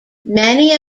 many